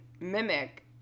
mimic